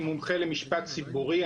אני מומחה למשפט ציבורי,